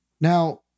Now